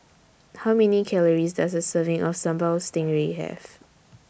How Many Calories Does A Serving of Sambal Stingray Have